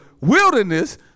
wilderness